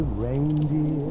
reindeer